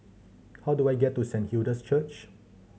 how do I get to Saint Hilda's Church